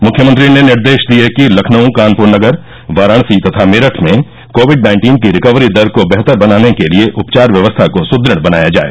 मुख्यमंत्री ने निर्देश दिये कि लखनऊ कानप्र नगर वाराणसी तथा मेरठ में कोविड नाइन्टीन की रिकवरी दर को बेहतर करने के लिए उपचार व्यवस्था को सुदृढ़ बनाया जाए